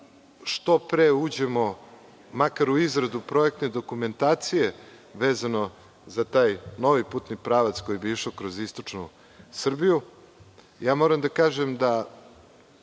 što pre uđemo makar u izradu projektne dokumentacije vezano za taj novi putni pravac koji bi išao kroz istočnu Srbiju. Moram da kažem, da